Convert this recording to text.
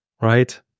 Right